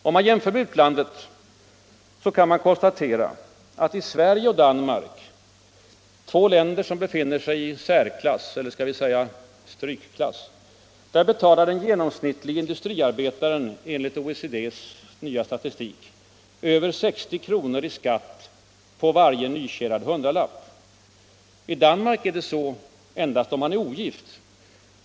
Om man jämför med utlandet kan man konstatera att i Sverige och Danmark — två länder som befinner sig i särklass eller skall vi säga strykklass — betalar den genomsnittliga industriarbetaren enligt OECD:s nya statistik över 60 kronor i skatt på varje nytjänad hundralapp. I Danmark dock endast om han är ogift.